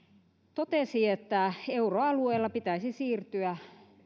totesi että euroalueella pitäisi siirtyä